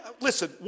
listen